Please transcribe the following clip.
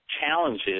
challenges